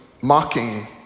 mocking